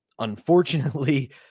Unfortunately